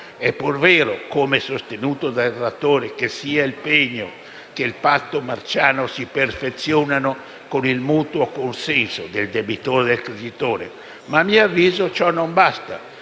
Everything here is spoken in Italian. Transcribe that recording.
È pur vero, come sostenuto dai relatori, che sia il pegno non possessorio che il patto marciano si perfezionano con il mutuo consenso, del debitore e del creditore, ma - a mio avviso - ciò non basta.